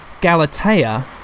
Galatea